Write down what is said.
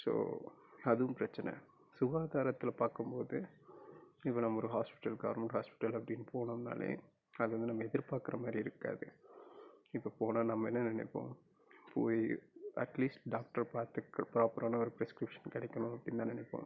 so அதுவும் பிரச்சன சுகாதாரத்தில் பார்க்கும்போது இப்போ நம்ம ஒரு ஆஸ்பிடலுக்கு கவர்மெண்ட் ஹாஸ்பிடல் அப்படின்னு போகணுனாலே அது நம்ம எதிர் பார்க்குற மாதிரி இருக்காது இப்போ போனால் நம்ம என்ன நினப்போம் போய் அட்லீஸ்ட் டாக்டர் ப்ராப்பரான ப்ரெஸ்க்ரிப்ஷன் கிடைக்கணும் அப்படினு நான் நினப்பன்